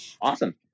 Awesome